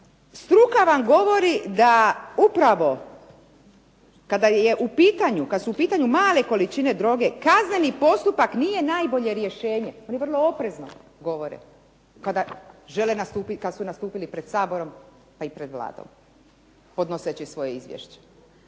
Struka vam govori da upravo kada je u pitanju, kad su u pitanju male količine droge, kazneni postupak nije najbolje rješenje, oni vrlo oprezno govore kad su nastupili pred Saborom, pa i pred Vladom, podnoseći svoje izvješće.